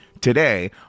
today